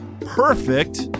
perfect